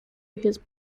his